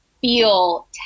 feel